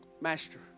Master